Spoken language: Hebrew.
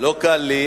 לא קל לי